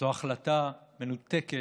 זו החלטה מנותקת,